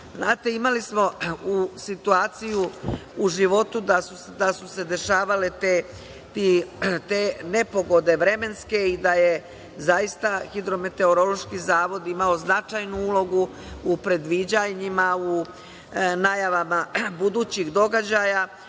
zavoda. Znate, imali smo situaciju u životu da su se dešavale te vremenske nepogode i da je zaista Hidrometeorološki zavod imao značajnu ulogu u predviđanjima, u najavama budućih događaja